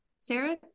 Sarah